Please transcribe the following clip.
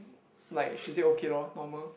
like she say okay lor normal